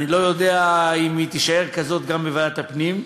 אני לא יודע אם היא תישאר כזאת גם אחרי הדיון בוועדת הפנים,